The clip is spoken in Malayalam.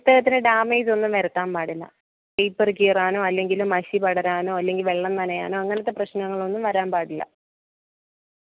പുസ്തകത്തിന് ഡാമേജ് ഒന്നും വരുത്താൻ പാടില്ല പേപ്പർ കീറാനോ അല്ലെങ്കിൽ മഷി പടരാനോ അല്ലെങ്കിൽ വെള്ളം നനയാനോ അങ്ങനത്തെ പ്രശ്നങ്ങളൊന്നും വരാൻ പാടില്ല